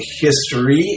History